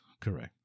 Correct